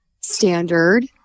standard